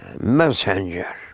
messenger